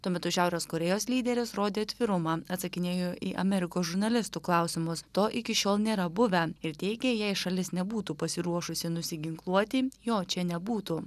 tuo metu šiaurės korėjos lyderis rodė atvirumą atsakinėjo į amerikos žurnalistų klausimus to iki šiol nėra buvę ir teigė jei šalis nebūtų pasiruošusi nusiginkluoti jo čia nebūtų